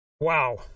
Wow